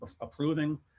approving